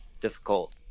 difficult